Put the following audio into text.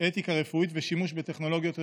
אתיקה רפואית ושימוש בטכנולוגיות רפואיות.